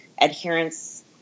adherence